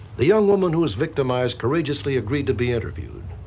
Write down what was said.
the young woman who has victimized courageously agreed to be interviewed.